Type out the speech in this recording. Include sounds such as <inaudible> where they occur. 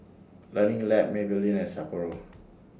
Learning Lab Maybelline and Sapporo <noise>